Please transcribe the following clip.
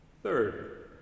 Third